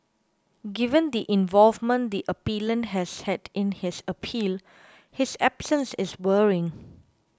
given the involvement the appellant has had in his appeal his absence is worrying